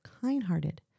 kind-hearted